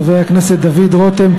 חברי הכנסת דוד רותם,